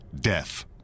death